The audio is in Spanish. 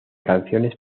canciones